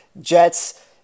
Jets